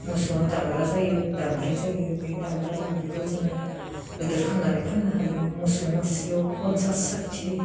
मोसौआ दामब्रा जायो दाम्ब्रि जायो बे दाम्ब्रा दाम्ब्रिखौ जोङो गिदिर खालामनानै फाननो हायो मोसौ मासेया पन्सास साथि